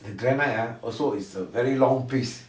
the granite also is a very long piece